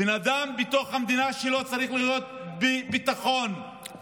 בן אדם צריך להיות בביטחון בתוך מדינה שלו.